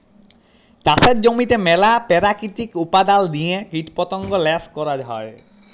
চাষের জমিতে ম্যালা পেরাকিতিক উপাদাল দিঁয়ে কীটপতঙ্গ ল্যাশ ক্যরা হ্যয়